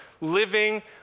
living